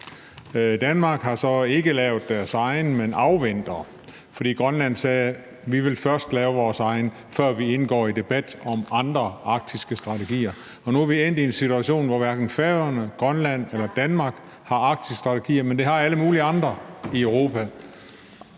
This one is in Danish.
Danmark har så ikke lavet sin egen, men afventer, fordi Grønland sagde: Vi vil lave vores egen først, før vi indgår i debat om andre arktiske strategier. Og nu er vi endt i en situation, hvor hverken Færøerne, Grønland eller Danmark har arktiske strategier, men det har alle mulige andre i Europa.